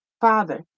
Father